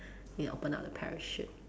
need to open up the parachute